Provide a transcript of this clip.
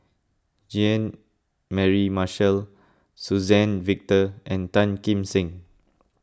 Jean Mary Marshall Suzann Victor and Tan Kim Seng